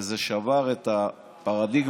וזה שבר את הפרדיגמה,